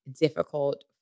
difficult